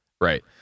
Right